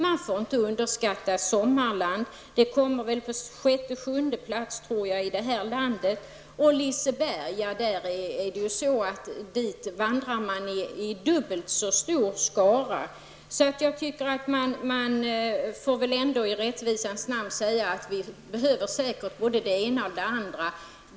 Man får inte underskatta Sommarland, som jag tror kommer på sjätte eller sjunde plats här i landet, och till Liseberg vandrar man i dubbelt så stor skara. Man får väl ändå i rättvisans namn säga att vi säkert behöver både det ena och det andra.